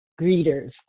greeters